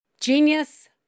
Genius